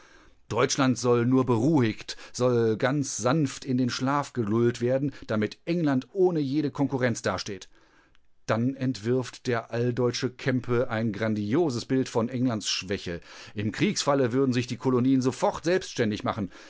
deutschland soll nur beruhigt soll ganz sanft in den schlaf gelullt werden damit england ohne jede konkurrenz dasteht dann entwirft der alldeutsche kämpe ein grandioses bild von englands schwäche im kriegsfalle würden sich die kolonien sofort selbständig machen